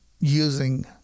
using